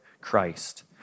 Christ